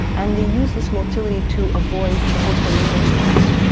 and they use this motility to avoid the host immune response.